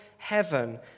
Heaven